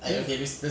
mm